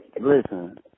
listen